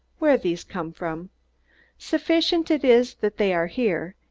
where these come from sufficient it is that they are here,